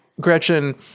Gretchen